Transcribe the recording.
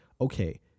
okay